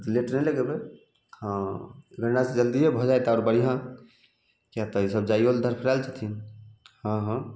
तऽ लेट नहि लगेबइ हाँ लेनाइ जल्दिये भऽ जाइ तऽ आओर बढ़िआँ किएक तऽ ई सब जाइयो लए धड़फरायल छथिन हँ हँ